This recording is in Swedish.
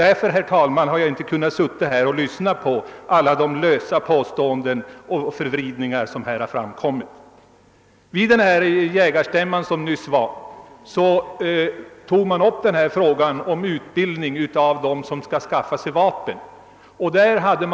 Därför har jag, herr talman, inte kunnat lyssna på alla de lösa påståenden och de förvridningar av fakta som här gjorts utan att reagera. Vid den nyligen hållna jägarstämman tog man upp frågan om utbildning av dem som ämnar skaffa sig vapen för jakt.